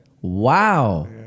Wow